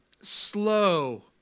slow